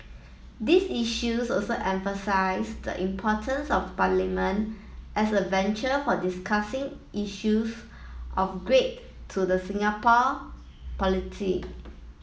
these issues also emphasise the importance of parliament as a venture for discussing issues of great to the Singapore polity